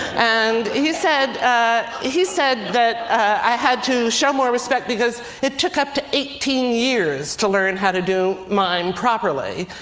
and he said ah he said that i had to show more respect because it took up to eighteen years to learn how to do mime properly.